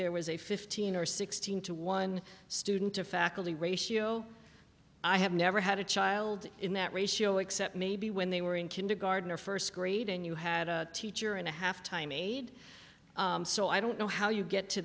there was a fifteen or sixteen to one student a faculty ratio i have never had a child in that ratio except maybe when they were in kindergarten or first grade and you had a teacher and a half time aide so i don't know how you get to